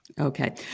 Okay